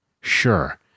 Sure